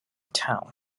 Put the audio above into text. town